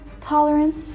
tolerance